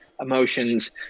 emotions